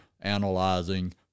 analyzing